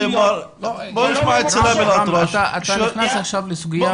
רם, אתה נכנס עכשיו לסוגיה מעבר לדיון שלנו.